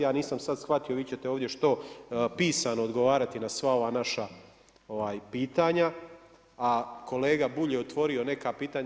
Ja nisam sad shvatio, vi ćete ovdje što pisano odgovarati na sva ova naša pitanja, a kolega Bulj je otvorio neka pitanja.